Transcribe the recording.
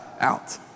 out